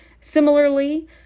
Similarly